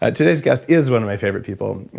ah today's guest is one of my favorite people.